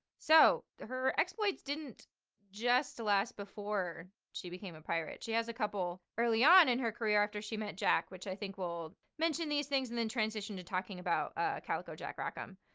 so her exploits didn't just last before she became a pirate. she has a couple early on in her career after she met jack, which i think will mention these things and then transition to talking about ah calico jack rackham.